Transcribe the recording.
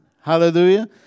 Hallelujah